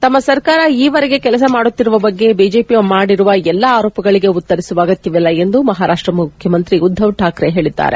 ತಮ್ನ ಸರ್ಕಾರ ಈವರೆಗೆ ಕೆಲಸ ಮಾಡುತ್ತಿರುವ ಬಗ್ಗೆ ಬಿಜೆಪಿ ಮಾಡಿರುವ ಎಲ್ಲ ಆರೋಪಗಳಿಗೆ ಉತ್ತರಿಸುವ ಅಗತ್ಯವಿಲ್ಲ ಎಂದು ಮಹಾರಾಷ್ಟ ಮುಖ್ಯಮಂತ್ರಿ ಉದ್ಧವ್ ಠಾಕ್ರೆ ಹೇಳಿದ್ದಾರೆ